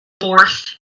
fourth